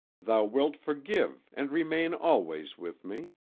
thou wilt forgive and remain always with me.